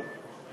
לא.